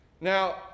Now